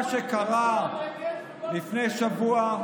כלאם פאדי, זה מה שקוראים לזה.